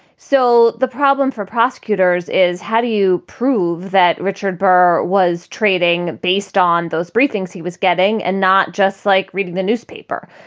so the problem for prosecutors is how do you prove that richard burr was trading based on those briefings he was getting and not just like reading the newspaper.